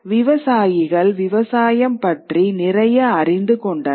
விவசாயிகள் விவசாயம் பற்றி நிறைய அறிந்து கொண்டனர்